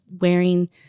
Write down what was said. wearing